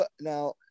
now